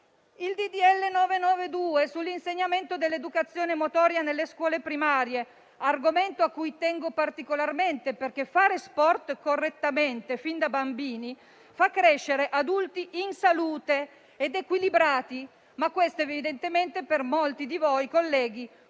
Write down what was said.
n. 992, sull'insegnamento dell'educazione motoria nelle scuole primarie, riguarda un argomento cui tengo particolarmente, perché fare sport correttamente fin da bambini fa crescere adulti in salute ed equilibrati, ma questo per molti di voi colleghi